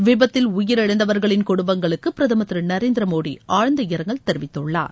விபத்தில் உயிர் இழந்தவர்களின் குடும்பங்களுக்கு பிரதமர் திரு நரேந்திர மோடி ஆழ்ந்த இரங்கல் தெரிவித்துள்ளார்